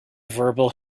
verbal